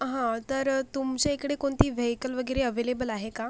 हा तर तुमच्या इकडे कोणती व्हेइकल वगैरे ॲव्हलेबल आहे का